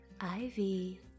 Ivy